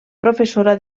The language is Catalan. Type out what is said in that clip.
professora